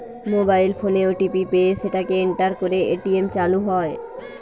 mobile ফোনে OTP পেয়ে সেটাকে এন্টার করে এ.টি.এম চালু হয়